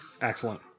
Excellent